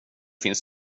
finns